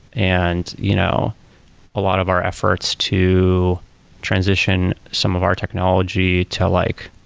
and you know a lot of our efforts to transition some of our technology to like